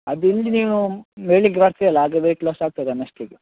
ಅದೊಂದು ನೀವು ಬೆಳಗ್ಗೆ ಬರ್ತೀರಲ್ಲ ಆಗ ವೆಯ್ಟ್ ಲಾಸ್ ಆಗ್ತದೆ ತನ್ನಷ್ಟಕೆ